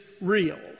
real